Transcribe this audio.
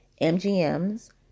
MGM's